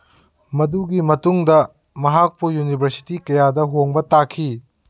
ꯃꯗꯨꯒꯤ ꯃꯇꯨꯡꯗ ꯃꯍꯥꯛꯄꯨ ꯌꯨꯅꯤꯚꯔꯁꯤꯇꯤ ꯀꯌꯥꯗ ꯍꯣꯡꯕ ꯇꯥꯈꯤ